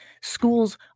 Schools